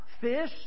Fish